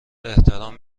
احترام